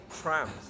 trams